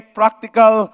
practical